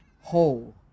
whole